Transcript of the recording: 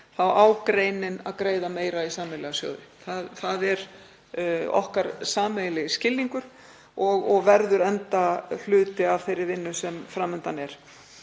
þá eigi greinin að greiða meira í sameiginlega sjóði. Það er okkar sameiginlegi skilningur og verður enda hluti af þeirri vinnu sem fram undan er.